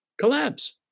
collapse